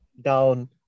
down